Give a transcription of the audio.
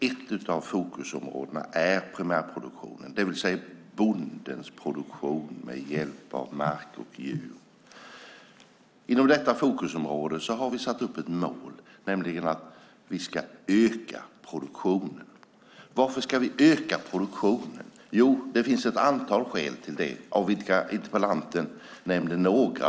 Ett av fokusområdena är primärproduktionen, det vill säga bondens produktion med hjälp av mark och djur. Inom detta fokusområde har vi satt upp ett mål, nämligen att vi ska öka produktionen. Varför ska vi öka produktionen? Jo, det finns ett antal skäl till det. Interpellanten nämnde några.